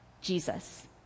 Jesus